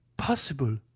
possible